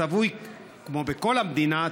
כמו בכל המדינה,